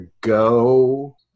go